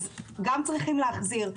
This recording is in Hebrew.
גם צריכים להחזיר.